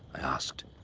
i asked.